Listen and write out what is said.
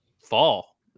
fall